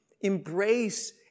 embrace